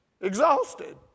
exhausted